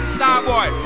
Starboy